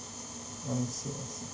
I see I see